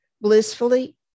blissfully